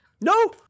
No